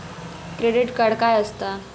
Credit card काय असता?